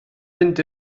fynd